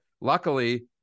Luckily